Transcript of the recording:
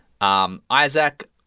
Isaac